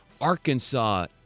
Arkansas